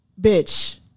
bitch